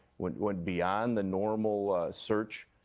went went beyond the normal search.